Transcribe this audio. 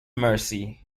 mercy